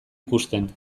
ikusten